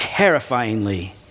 terrifyingly